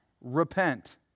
Repent